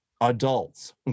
adults